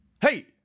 hey